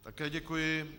Také děkuji.